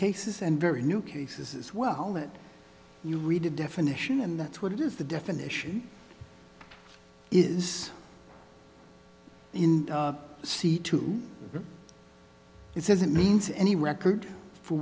cases and very new cases as well that you read a definition and that's what it is the definition is in see to it says it means any record for